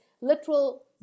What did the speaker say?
literal